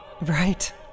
right